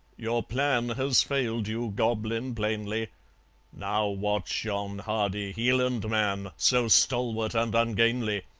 your plan has failed you, goblin, plainly now watch yon hardy hieland man, so stalwart and ungainly.